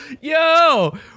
yo